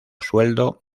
sueldo